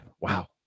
wow